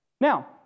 Now